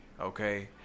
Okay